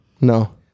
No